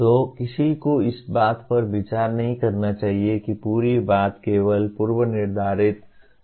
तो किसी को इस बात पर विचार नहीं करना चाहिए कि पूरी बात केवल पूर्व निर्धारित परिणामों तक ही सीमित है